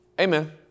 Amen